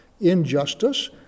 injustice